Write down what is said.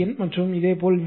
என் மற்றும் இதேபோல் வி